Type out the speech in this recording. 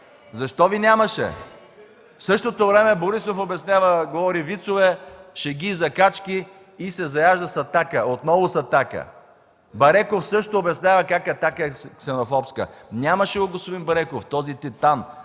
Защо Ви нямаше? В същото време Борисов обяснява, говори вицове, шеги и закачки и се заяжда с „Атака” – отново с „Атака”. Бареков също обяснява как „Атака” е ксенофобска. Нямаше го господин Бареков – този титан,